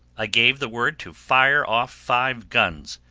i gave the word to fire off five guns,